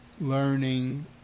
learning